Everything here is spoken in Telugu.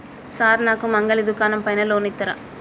సార్ నాకు మంగలి దుకాణం పైన లోన్ ఇత్తరా?